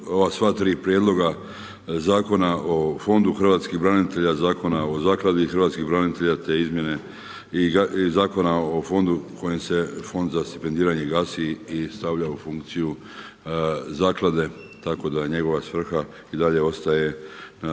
sva tri prijedloga Zakona o Fondu hrvatskih branitelja, Zakona o Zakladi hrvatskih branitelja te izmjene i Zakona o Fondu kojim se Fond za stipendiranje gasi i stavlja u funkciju Zaklade, tako da njegova svrha i dalje ostaje na